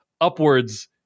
upwards